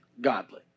godly